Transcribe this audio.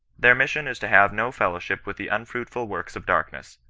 their mission is to have no fellowship with the unfruitful works of darkness,